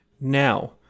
Now